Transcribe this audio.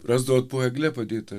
rasdavot po egle padėta